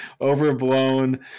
overblown